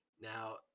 Now